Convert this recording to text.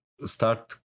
start